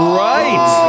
right